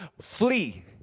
flee